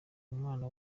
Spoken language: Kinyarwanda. umwana